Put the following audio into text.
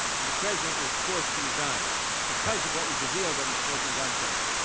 and the president was forced to resign because of what was revealed on the smoking gun tape